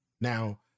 Now